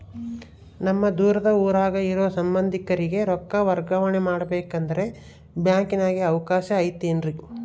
ನಮ್ಮ ದೂರದ ಊರಾಗ ಇರೋ ಸಂಬಂಧಿಕರಿಗೆ ರೊಕ್ಕ ವರ್ಗಾವಣೆ ಮಾಡಬೇಕೆಂದರೆ ಬ್ಯಾಂಕಿನಾಗೆ ಅವಕಾಶ ಐತೇನ್ರಿ?